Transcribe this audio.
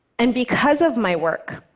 and because of my work,